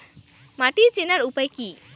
মাটি চেনার উপায় কি?